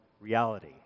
reality